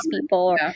people